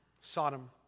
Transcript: Sodom